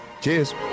Cheers